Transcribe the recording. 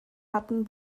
hatten